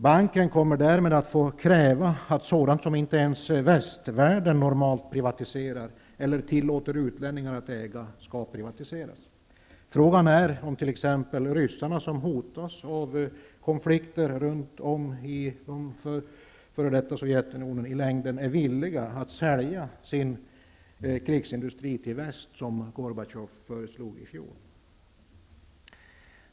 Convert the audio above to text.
Banken kommer därmed att få kräva att sådant som man inte ens i västvärlden normalt privatiserar eller tillåter utlänningar att äga, skall privatiseras. Frågan är om t.ex. ryssarna, som hotas av konflikter runt om i f.d. Sovjetunionen, i längden är villiga att sälja sin krigsindustri till väst, som Gorbatjov föreslog i fjol.